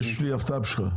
יש לי הפתעה בשבילך,